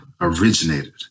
originated